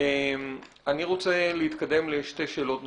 אני רוצה להתקדם לשתי שאלות נוספות: